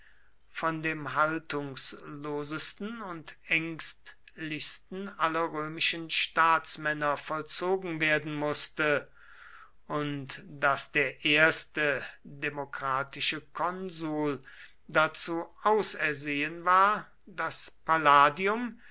von dem haltungslosesten und ängstlichsten aller römischen staatsmänner vollzogen werden mußte und daß der erste demokratische konsul dazu ausersehen war das palladium